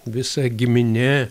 visa giminė